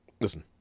Listen